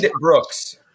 brooks